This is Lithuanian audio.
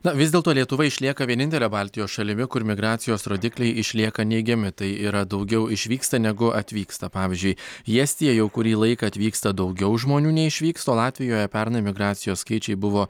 na vis dėlto lietuva išlieka vienintele baltijos šalimi kur migracijos rodikliai išlieka neigiami tai yra daugiau išvyksta negu atvyksta pavyzdžiui į estiją jau kurį laiką atvyksta daugiau žmonių nei išvyksta o latvijoje pernai migracijos skaičiai buvo